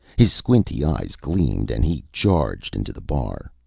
his squinty eyes gleamed and he charged into the bar.